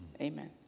Amen